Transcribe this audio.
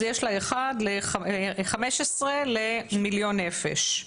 יש לה 15 למיליון נפש.